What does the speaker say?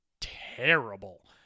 terrible